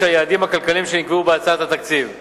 היעדים הכלכליים שנקבעו בהצעת התקציב.